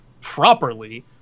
properly